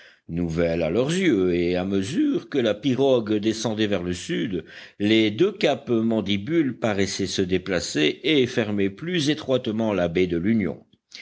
nouvelle à leurs yeux et à mesure que la pirogue descendait vers le sud les deux caps mandibule paraissaient se déplacer et fermer plus étroitement la baie de l'union